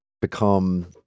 become